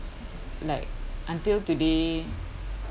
like until today